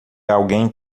alguém